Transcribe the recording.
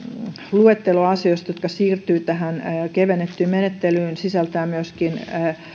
luettelo asioista jotka siirtyvät tähän kevennettyyn menettelyyn sisältää myöskin